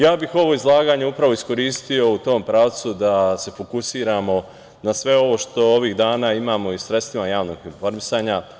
Ja bih ovo izlaganje upravo iskoristio u tom pravcu da se fokusiramo na sve ovo što ovih dana imamo i u sredstvima javnog informisanja.